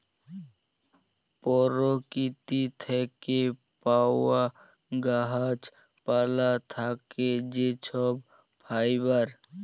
পরকিতি থ্যাকে পাউয়া গাহাচ পালা থ্যাকে যে ছব ফাইবার